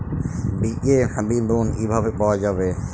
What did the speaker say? BKSB loan কিভাবে পাওয়া যাবে?